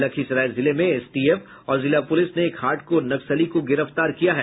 लखीसराय जिले में एसटीएफ और जिला पुलिस ने एक हार्डकोर नक्सली को गिरफ्तार किया है